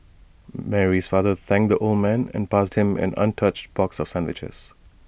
Mary's father thanked the old man and passed him an untouched box of sandwiches